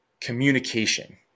communication